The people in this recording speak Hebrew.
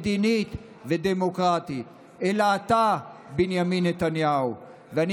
מדינית ודמוקרטית, אלא אתה, בנימין נתניהו, ואני